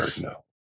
no